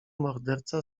morderca